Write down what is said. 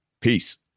Peace